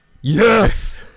Yes